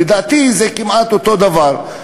לדעתי זה כמעט אותו דבר.